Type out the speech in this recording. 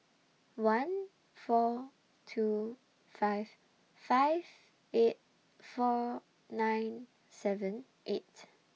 one four two five five eight four nine seven eight